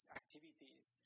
activities